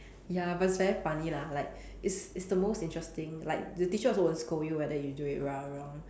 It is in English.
ya but it's very funny lah like it's it's the most interesting like the teacher also won't scold you whether you do it right or wrong